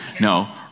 No